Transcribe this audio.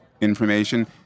information